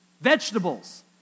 vegetables